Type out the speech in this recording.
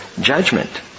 judgment